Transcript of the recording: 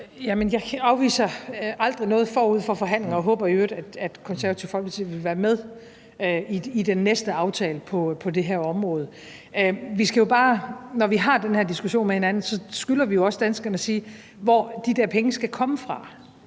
Jeg afviser aldrig noget forud for forhandlinger, og jeg håber i øvrigt, at Det Konservative Folkeparti vil være med i den næste aftale på det her område. Når vi har den her diskussion med hinanden, skylder vi jo også danskerne at sige, hvor de der penge skal komme fra.